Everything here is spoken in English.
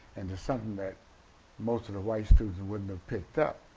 and just something that most of the white students wouldn't have picked up,